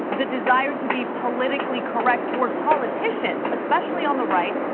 the desire to be politically correct toward politicians, especially on the right,